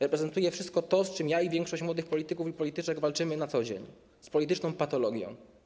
Reprezentuje wszystko to, z czym ja i większość młodych polityków i polityczek walczymy na co dzień - z polityczną patologią.